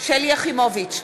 שלי יחימוביץ,